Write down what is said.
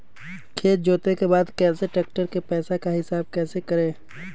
खेत जोते के बाद कैसे ट्रैक्टर के पैसा का हिसाब कैसे करें?